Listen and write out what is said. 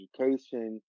education